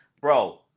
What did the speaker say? Bro